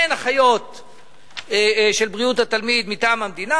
אין אחיות של בריאות התלמיד מטעם המדינה,